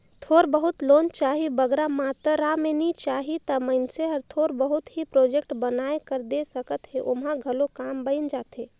थोर बहुत लोन चाही बगरा मातरा में नी चाही ता मइनसे हर थोर बहुत ही प्रोजेक्ट बनाए कर दे सकत हे ओम्हां घलो काम बइन जाथे